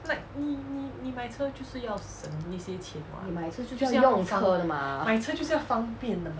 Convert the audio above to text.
你买车就是要用车的 mah